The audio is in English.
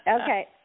okay